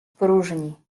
próżni